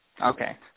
Okay